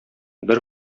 бер